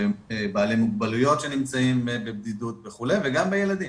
בבעלי מוגבלויות שנמצאים בבדידות וכולי וגם בילדים.